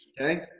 Okay